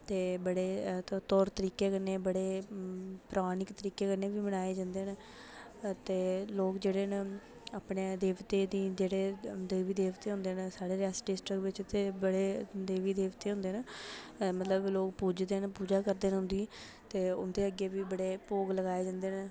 ते बड़े तौर तरीके कन्नै बड़े पौराणिक तरीके कन्नै बी मनाए जंदे न ते लोक जेह्ड़े न अपने देवते दी जेह्ड़े देवी देवते होंदे न साढ़े रियासी डिस्टिक बिच्च ते बड़े देवी देवते होंदे न मतलब लोक पूजदे न पूजा करदे न उं'दी ते उं'दे अग्गें बी बड़े भोग लगाए जंदे न